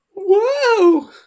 Whoa